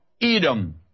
Edom